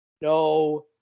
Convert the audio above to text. No